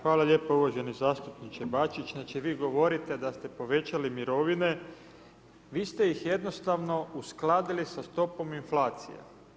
Hvala lijepo uvaženi zastupniče Bačić, znači vi govorite da ste povećali mirovine, vi ste ih jednostavno uskladili sa stopom inflacija.